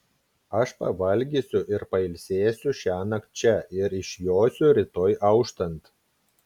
aš pavalgysiu ir pailsėsiu šiąnakt čia ir išjosiu rytoj auštant